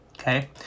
Okay